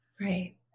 Right